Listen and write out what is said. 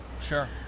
Sure